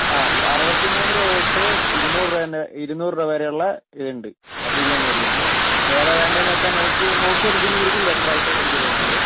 ആ ഈ അറുപത്തിമൂന്നു രൂപതൊട്ട് ഇരുന്നൂറു രൂപേൻ്റെ ഇരുന്നൂറു രൂപവരെ ഉള്ള ഇതുണ്ട് ബിരിയാണി അരി ഉണ്ട് അപ്പോൾ ഏതാണ് വേണ്ടതെന്ന് വച്ചാൽ നോക്കി നോക്കി എടുക്കുന്നതായിരിക്കും ബെറ്ററായിട്ട് എനിക്ക് തോന്നുന്നത്